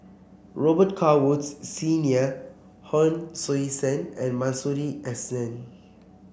Robet Carr Woods Senior Hon Sui Sen and Masuri S N